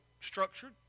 structured